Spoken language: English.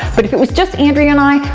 but if it was just andrea and i,